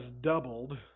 doubled